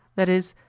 that is,